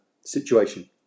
situation